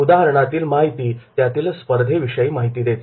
उदाहरणातील माहिती त्यातील स्पर्धेविषयी माहिती देते